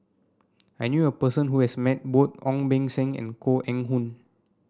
I knew a person who has met both Ong Beng Seng and Koh Eng Hoon